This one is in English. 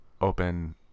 open